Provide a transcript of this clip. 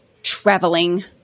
traveling